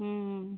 ହୁଁ